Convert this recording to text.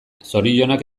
zorionak